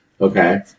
Okay